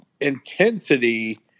Intensity